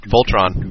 Voltron